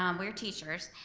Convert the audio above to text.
um we are teachers.